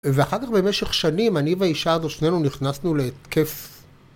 ואחר כך במשך שנים אני והאישה הזו שנינו נכנסנו להתקף.